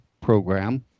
program